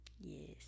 Yes